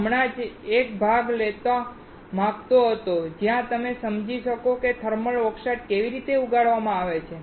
હું હમણાં જ એક ભાગ લેવા માંગતો હતો જ્યાં તમે સમજી શકો કે થર્મલ ઓક્સાઇડ કેવી રીતે ઉગાડવામાં આવે છે